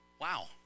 Wow